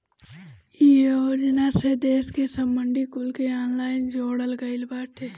इ योजना से देस के सब मंडी कुल के ऑनलाइन जोड़ल गईल बाटे